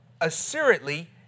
assuredly